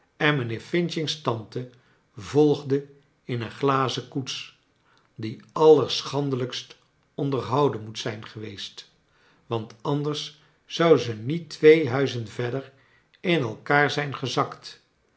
en mijnheer f's tante volgde in een glazen koets die allerschandelijkst onderhouden moet zijn geweest want anders zou ze niet twee huizen verder in elkaar zijn gezakt